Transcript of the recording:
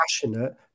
passionate